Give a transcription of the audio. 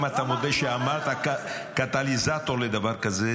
אם אתה מודה שאמרת קטליזטור לדבר כזה,